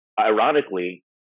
ironically